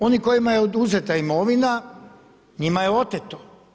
Oni kojima je oduzeta imovina, njima je oteto.